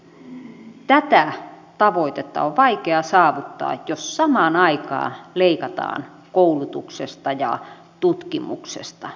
kuitenkin tätä tavoitetta on vaikea saavuttaa jos samaan aikaan leikataan koulutuksesta ja tutkimuksesta